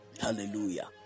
Hallelujah